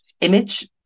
image